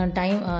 time